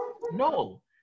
No